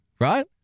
right